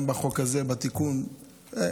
גם בתיקון החוק הזה,